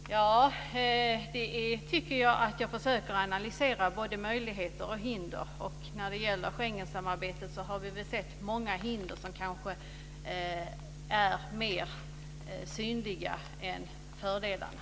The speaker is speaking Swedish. Fru talman! Jag tycker att jag försöker analysera både möjligheter och hinder. När det gäller Schengensamarbetet har vi sett många hinder. De kanske är mer synliga än fördelarna.